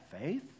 faith